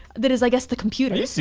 that is, i guess the computer. so